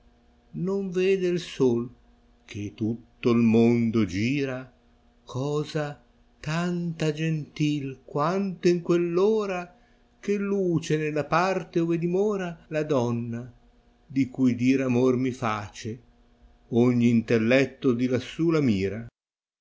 non vede il sol che tutto il mondo gira cosa tanta gentil quanto in quelp ora che luce nella parte ove dimora la donna di cui dire amor mi face ogni intelletto di lassù la mira